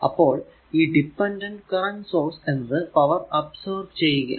അപ്പോൾ ഈ dependent current source എന്നത് പവർ അബ്സോർബ് ചെയ്യുകയാണ്